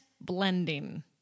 blending